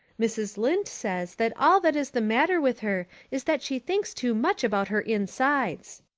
mrs. lynde says that all that is the matter with her is that she thinks too much about her insides.